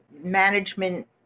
management